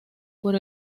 por